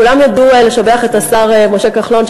כולם ידעו לשבח את השר משה כחלון,